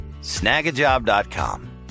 Snagajob.com